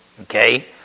Okay